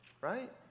right